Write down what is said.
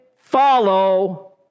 follow